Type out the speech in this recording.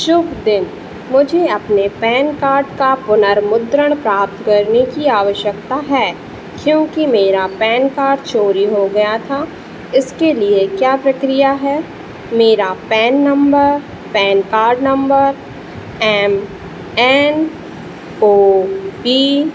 शुभ दिन मुझे अपने पैन कार्ड का पुनर्मुद्रण प्राप्त करने की आवश्यकता है क्योंकि मेरा पैन कार्ड चोरी हो गया था इसके लिए क्या प्रक्रिया है मेरा PAN number PAN card number M N O P